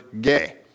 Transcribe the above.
gay